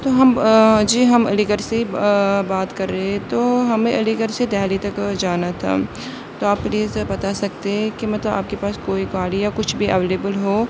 تو ہم جی ہم علی گڑھ سے ہی بات کر رہے ہے تو ہمیں علی گڑھ سے دہلی تک جانا تھا تو آپ پلیز بتا سکتے ہے کہ مطلب آپ کے پاس کوئی گاڑی یا کچھ بھی اویلیبل ہو